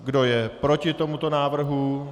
Kdo je proti tomuto návrhu?